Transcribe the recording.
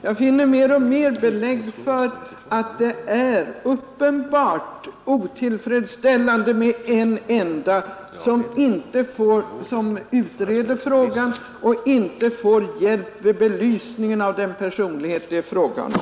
Jag finner allt fler belägg för att det är uppenbart otillfredsställande att en enda person utreder dessa frågor utan att få hjälp med belysningen av den personlighet det är fråga om.